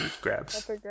grabs